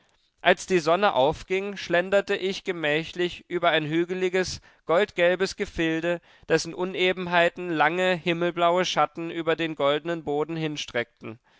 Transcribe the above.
als die sonne aufging schlenderte ich gemächlich über ein hügeliges gold gelbes gefilde dessen unebenheiten lange himmelblaue schatten über den goldenen boden hinstreckten